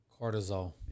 Cortisol